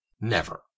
Never